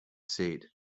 said